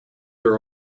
are